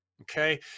Okay